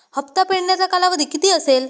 हप्ता फेडण्याचा कालावधी किती असेल?